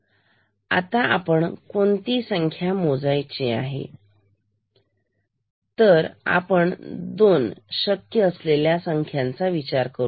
घरात आपण कोणती संख्या मोजायची तर आपण दोन शक्य असलेल्या संख्यांचा विचार करू